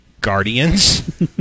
Guardians